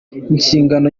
inshingano